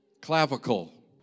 clavicle